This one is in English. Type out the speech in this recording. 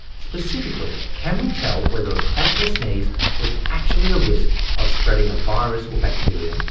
specifically can we tell whether a cough or sneeze was actually a risk of spreading a virus or bacteria.